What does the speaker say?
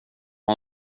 har